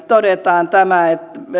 todetaan tämä